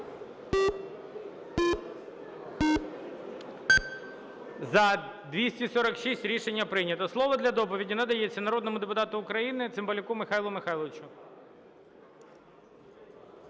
За-246 Рішення прийнято. Слово для доповіді надається народному депутату України Цимбалюку Михайлу Михайловичу.